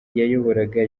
yayoboraga